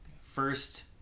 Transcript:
First